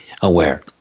aware